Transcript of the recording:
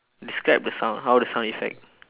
describe the sound how the sound effect